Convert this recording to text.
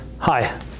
Hi